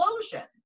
explosion